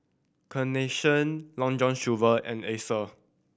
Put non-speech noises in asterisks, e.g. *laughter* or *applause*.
Carnation Long John Silver and *unintelligible*